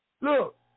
Look